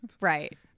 Right